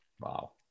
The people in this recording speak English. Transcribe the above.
Wow